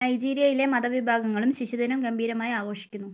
നൈജീരിയയിലെ മത വിഭാഗങ്ങളും ശിശുദിനം ഗംഭീരമായി ആഘോഷിക്കുന്നു